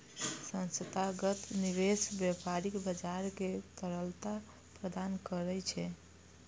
संस्थागत निवेशक व्यापारिक बाजार कें तरलता प्रदान करै छै